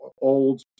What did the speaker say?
old